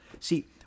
See